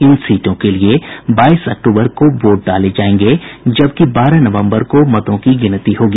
इन सीटों के लिए बाईस अक्टूबर को वोट डाले जायेंगे जबकि बारह नवम्बर को मतगणना होगी